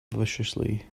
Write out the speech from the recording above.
viciously